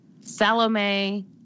Salome